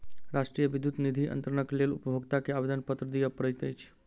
राष्ट्रीय विद्युत निधि अन्तरणक लेल उपभोगता के आवेदनपत्र दिअ पड़ैत अछि